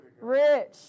Rich